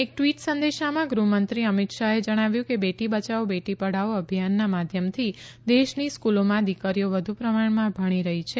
એક ટ્વીટ સંદેશામાં ગૃહમંત્રી અમિતશાહે જણાવ્યું કે બેટી બયાવો બેટી પઢાવો અભિયાનનાં માધ્યમથી દેશનાં સ્કૂલોમાં દિકરીઓ વધુ પ્રમાણમાં ભણી રહી છે